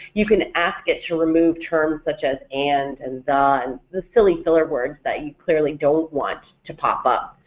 you can ask it to remove terms such as and, and and the, the silly filler words that you clearly don't want to pop up,